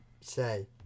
say